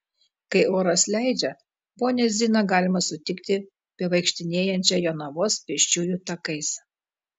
kai oras leidžia ponią ziną galima sutikti bevaikštinėjančią jonavos pėsčiųjų takais